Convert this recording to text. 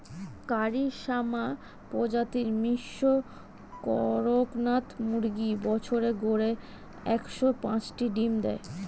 কারি শ্যামা প্রজাতির মিশ্র কড়কনাথ মুরগী বছরে গড়ে একশ পাঁচটি ডিম দেয়